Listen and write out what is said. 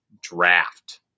draft